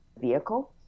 vehicle